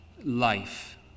life